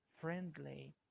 friendly